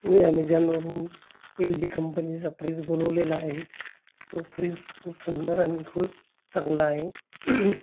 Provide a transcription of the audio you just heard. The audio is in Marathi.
मी ॲमेझॉनवरून एलजी कंपनीचा फ्रिज बोलवलेला आहे तो फ्रिज खूप सुंदर आणि खूप चांगला आहे